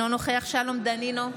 אינו נוכח שלום דנינו,